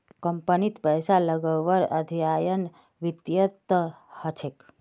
कम्पनीत पैसा लगव्वार अध्ययन वित्तत ह छेक